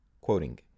quoting